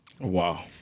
wow